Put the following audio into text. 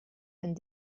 and